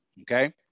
Okay